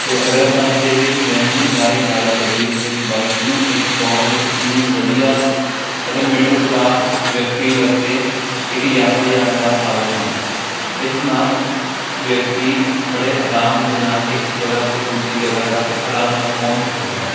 ਅਤੇ ਅਗਰ ਆਪਾਂ ਇਸਦੀ ਇਨਵੈਂਸ਼ਨ ਬਾਰੇ ਗੱਲ ਕਰੀਏ ਤਾਂ ਬਾਈਕਿੰਗ ਇੱਕ ਬਹੁਤ ਹੀ ਵਧੀਆ ਅਤੇ ਮਿਡਲ ਕਲਾਸ ਵਿਅਕਤੀ ਵਾਸਤੇ ਇੱਕ ਯਾਤਾਯਾਤ ਦਾ ਸਾਧਨ ਹੈ ਇਸ ਨਾਲ ਵਿਅਕਤੀ ਬੜੇ ਆਰਾਮ ਦੇ ਨਾਲ ਇੱਕ ਜਗ੍ਹਾ ਤੋਂ ਦੂਸਰੀ ਜਗ੍ਹਾ ਤੱਕ ਆਰਾਮ ਨਾਲ ਪਹੁੰਚ ਸਕਦਾ ਹੈ